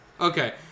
Okay